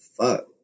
fuck